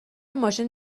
ماشین